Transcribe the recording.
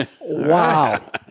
Wow